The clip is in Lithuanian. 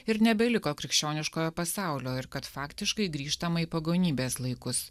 ir nebeliko krikščioniškojo pasaulio ir kad faktiškai grįžtama į pagonybės laikus